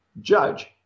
Judge